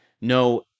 No